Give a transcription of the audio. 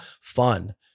fun